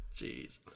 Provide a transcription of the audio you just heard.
Jeez